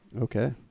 Okay